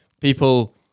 people